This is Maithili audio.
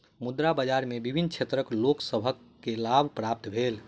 मुद्रा बाजार में विभिन्न क्षेत्रक लोक सभ के लाभ प्राप्त भेल